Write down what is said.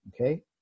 Okay